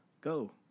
Go